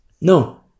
No